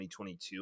2022